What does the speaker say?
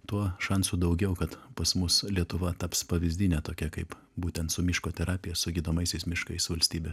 tuo šansų daugiau kad pas mus lietuva taps pavyzdine tokia kaip būtent su miško terapija su gydomaisiais miškais valstybe